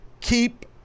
Keep